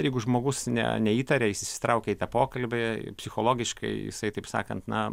ir jeigu žmogus ne neįtaria jis įsitraukia į tą pokalbį psichologiškai jisai taip sakant na